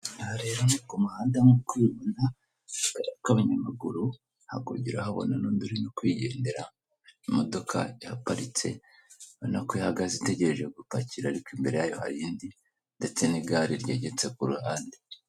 Aha rero ni ku muhanda nko ubibona, akayira k'abanyamaguru, hakurya uhabona n'indi irimo kwigendera, imodoka yaparitse ubona ko ihagaze itegereje gupakira ariko imbere yayo hari indi, ndetse n'igare ryegeretse ku ruhande.